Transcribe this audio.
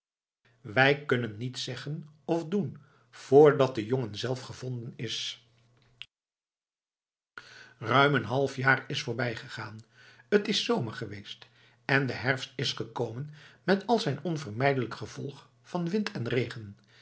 wij kunnen niets zeggen of doen vrdat de jongen zelf gevonden is ruim een half jaar is voorbijgegaan t is zomer geweest en de herfst is gekomen met zijn onvermijdelijk gevolg van wind en regen